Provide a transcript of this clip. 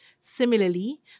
Similarly